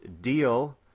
deal